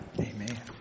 Amen